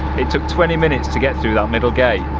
it took twenty minutes to get through that middle gate.